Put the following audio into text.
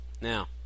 now